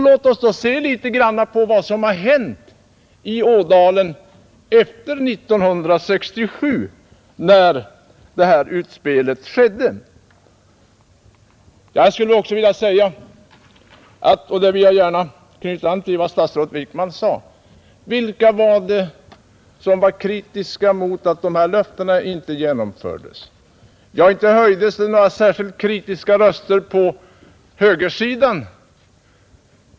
Låt oss se litet på vad som hänt i Ådalen efter 1967 när detta utspel skedde. Jag skulle också vilja fråga — och där vill jag gärna knyta an till vad statsrådet Wickman sade — vilka var det som var kritiska mot att dessa löften inte uppfylldes? Ja, inte höjdes det några särskilt kritiska röster på högersidan!